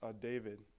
David